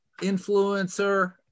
influencer